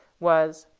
was